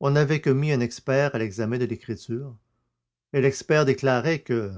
on avait commis un expert à l'examen de l'écriture et l'expert déclarait que